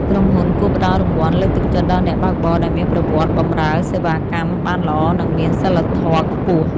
ក្រុមហ៊ុនគួរផ្ដល់រង្វាន់លើកទឹកចិត្តដល់អ្នកបើកបរដែលមានប្រវត្តិបម្រើសេវាកម្មបានល្អនិងមានសីលធម៌ខ្ពស់។